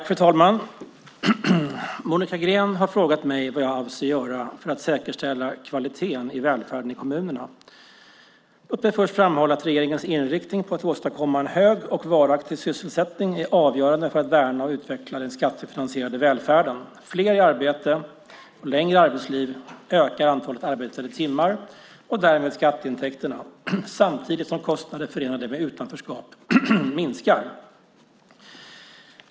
Fru talman! Monica Green har frågat mig vad jag avser att göra för att säkerställa kvaliteten i välfärden i kommunerna. Låt mig först framhålla att regeringens inriktning på att åstadkomma en hög och varaktig sysselsättning är avgörande för att värna och utveckla den skattefinansierade välfärden. Fler i arbete och längre arbetsliv ökar antalet arbetade timmar och därmed skatteintäkterna samtidigt som kostnader förenade med utanförskap minskar.